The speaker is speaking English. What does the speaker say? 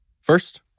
First